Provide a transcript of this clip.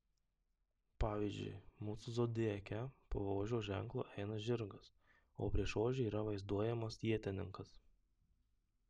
pavyzdžiui mūsų zodiake po ožio ženklo eina žirgas o prieš ožį yra vaizduojamas ietininkas